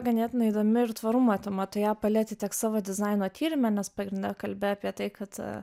ganėtinai įdomi ir tvarumo tema tu ją palieti tiek savo dizaino tyrime nes pagrindine kalbėti apie tai kad